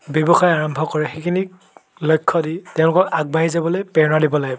ব্যৱসায় আৰম্ভ কৰে সেইখিনিক লক্ষ্য দি তেওঁলোকক আগবাঢ়ি যাবলৈ প্ৰেৰণা দিব লাগিব